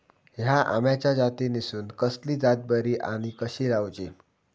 हया आम्याच्या जातीनिसून कसली जात बरी आनी कशी लाऊची?